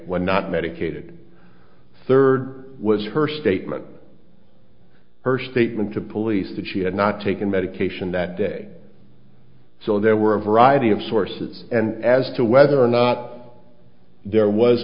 when not medicated third was her statement her statement to police that she had not taken medication that day so there were a variety of sources and as to whether or not there was